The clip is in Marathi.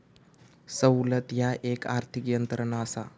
सवलत ह्या एक आर्थिक यंत्रणा असा